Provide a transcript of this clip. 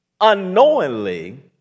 unknowingly